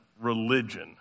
religion